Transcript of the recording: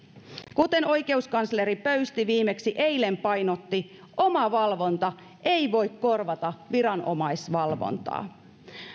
kuten oikeuskansleri pöysti viimeksi eilen painotti omavalvonta ei voi korvata viranomaisvalvontaa